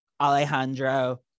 Alejandro